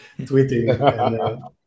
tweeting